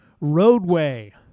roadway